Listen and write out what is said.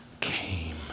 came